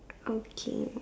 okay